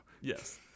Yes